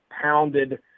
pounded